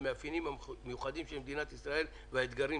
המאפיינים המיוחדים של מדינת ישראל והאתגרים